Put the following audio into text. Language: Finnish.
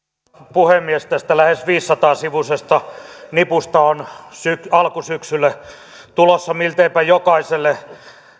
puhemies tästä lähes viisisataa sivuisesta nipusta on alkusyksyllä tulossa milteipä jokaiselle